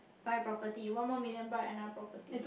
buy property one more million buy another property